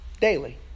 daily